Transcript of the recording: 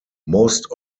most